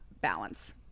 balance